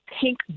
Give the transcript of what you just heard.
pink